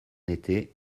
été